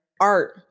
art